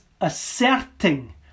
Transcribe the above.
asserting